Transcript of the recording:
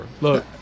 Look